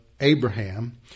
Abraham